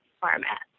format